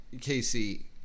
Casey